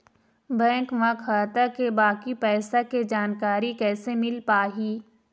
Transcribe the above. Bank म खाता के बाकी पैसा के जानकारी कैसे मिल पाही?